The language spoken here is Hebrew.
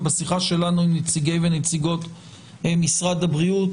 ובשיחה שלנו עם נציגי ונציגות משרד הבריאות